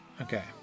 Okay